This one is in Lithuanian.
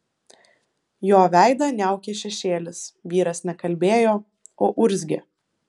jo veidą niaukė šešėlis vyras ne kalbėjo o urzgė